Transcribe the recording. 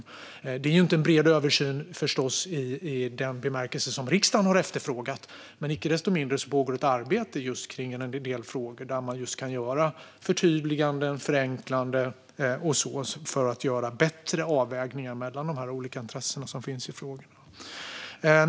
Det är förstås inte en bred översyn i den bemärkelse som riksdagen har efterfrågat. Icke desto mindre pågår ett arbete med en del frågor. Där kan man göra just förtydliganden och förenklingar för att göra bättre avvägningar mellan de olika intressen som finns i frågan.